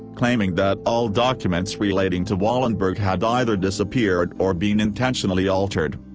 claiming that all documents relating to wallenberg had either disappeared or been intentionally altered.